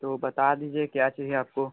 तो बता दीजिए क्या चाहिए आपको